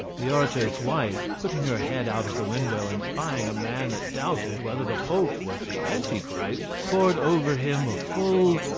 the orator's wife, putting her head out of the window, and spying a man that doubted whether the pope was anti-christ, poured over him a full.